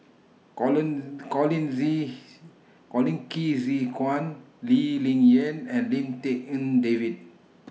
Colin Colin Zhe Colin Qi Zhe Quan Lee Ling Yen and Lim Tik En David